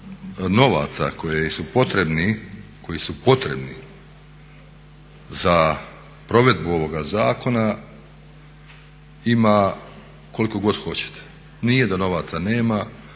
novaca koji su potrebni za provedbu ovoga zakona ima koliko god hoćete. Nije da novaca nema